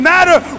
matter